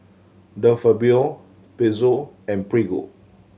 De Fabio Pezzo and Prego